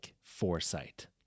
foresight